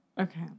Okay